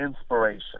inspiration